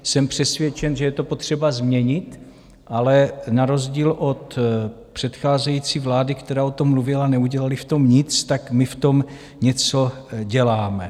Jsem přesvědčen, že je to potřeba změnit, ale na rozdíl od předcházející vlády, která o tom mluvila a neudělala v tom nic, my v tom něco děláme.